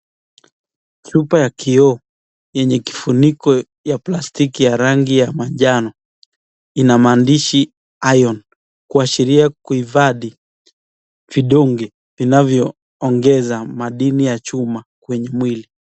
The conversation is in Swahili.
Chupa ya kiyoo yenye kifuniko ya plastiki ya rangi machano ina mandishi [cs ] iron kuashiria kuifadia vidonge inavyo ongeza madini ya chuma kwenye mwili.